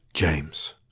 James